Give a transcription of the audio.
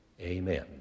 Amen